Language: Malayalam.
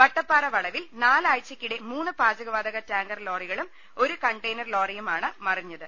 വട്ടപ്പാറ വളവിൽ നാലാഴ്ചക്കിടെ മൂന്ന് പാചക വാതക ടാങ്കർ ലോറികളും ഒരു കണ്ടെയ്നർ ലോറി യുമാണ് മറിഞ്ഞത്